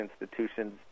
institutions